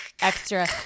extra